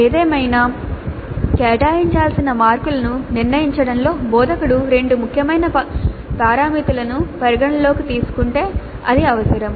ఏదేమైనా కేటాయించాల్సిన మార్కులను నిర్ణయించడంలో బోధకుడు రెండు ముఖ్యమైన పారామితులను పరిగణనలోకి తీసుకుంటే అది అవసరం